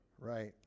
right